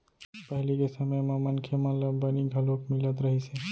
पहिली के समे म मनखे मन ल बनी घलोक मिलत रहिस हे